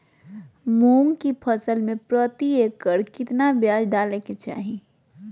मूंग की फसल में प्रति एकड़ कितना बिया डाले के चाही?